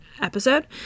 episode